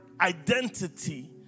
identity